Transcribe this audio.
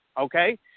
okay